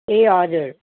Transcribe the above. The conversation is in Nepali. ए हजुर